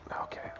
Okay